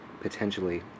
potentially